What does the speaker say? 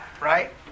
Right